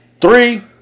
Three